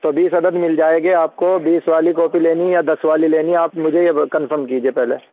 تو بیس عدد مل جائے گی آپ کو بیس والی کاپی لینی ہے یا دس والی لینی ہے آپ مجھے یہ کنفرم کیجیے پہلے